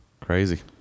Crazy